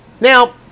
Now